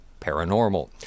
paranormal